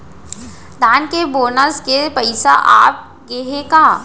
धान के बोनस के पइसा आप गे हे का?